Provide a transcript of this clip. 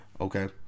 Okay